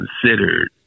considered